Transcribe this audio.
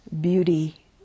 Beauty